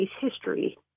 history